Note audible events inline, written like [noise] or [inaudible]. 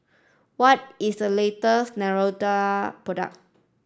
what is the latest [unintelligible] product